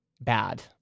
bad